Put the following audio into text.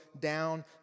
down